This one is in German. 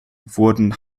wurden